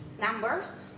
numbers